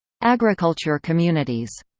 agriculture communities.